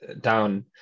down